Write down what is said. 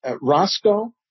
Roscoe